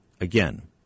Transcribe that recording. again